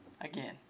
again